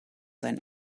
sein